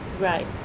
Right